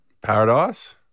Paradise